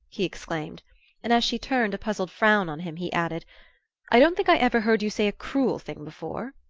he exclaimed and as she turned a puzzled frown on him he added i don't think i ever heard you say a cruel thing before.